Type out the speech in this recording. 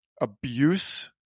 abuse